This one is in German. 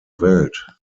welt